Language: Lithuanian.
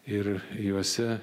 ir juose